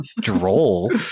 droll